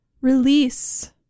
release